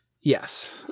Yes